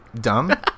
dumb